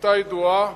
שיטה ידועה.